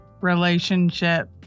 relationship